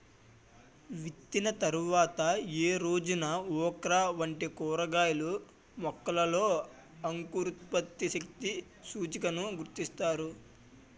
విత్తిన తర్వాత ఏ రోజున ఓక్రా వంటి కూరగాయల మొలకలలో అంకురోత్పత్తి శక్తి సూచికను గణిస్తారు?